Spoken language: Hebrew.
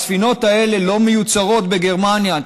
הספינות האלה לא מיוצרות בגרמניה,